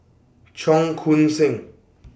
Cheong Koon Seng